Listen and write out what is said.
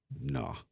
Nah